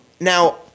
Now